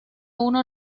uno